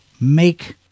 make